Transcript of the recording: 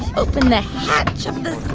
open the hatch of this